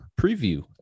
preview